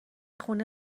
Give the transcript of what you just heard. خونه